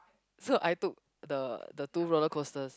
so I took the the two roller coasters